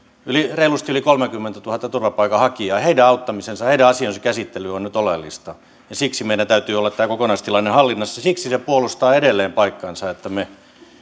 reilusti yli kolmekymmentätuhatta turvapaikanhakijaa heidän auttamisensa heidän asiansa käsittely on nyt oleellista ja siksi meillä täytyy olla tämä kokonaistilanne hallinnassa siksi puolustaa edelleen paikkaansa se että me